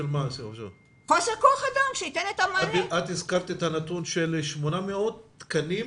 את הזכרת נתון של 800 תקנים.